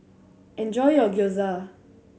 enjoy your Gyoza